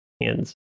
hands